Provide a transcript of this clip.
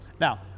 Now-